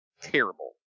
terrible